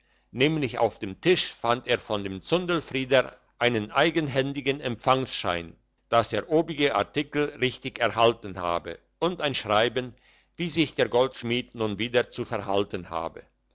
nämlich auf dem tisch fand er von dem zundelfrieder einen eigenhändigen empfangschein dass er obige artikel richtig erhalten habe und ein schreiben wie sich der goldschmied nun weiter zu verhalten habe